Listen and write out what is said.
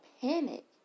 panic